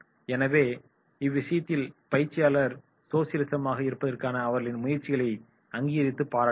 எனவே இவ்விஷயத்தில் பயிற்சியாளர் சோசியலிசமாக இருப்பதற்கான அவர்களின் முயற்சிகளை அங்கீகரித்து பாராட்ட வேண்டும்